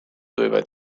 võivad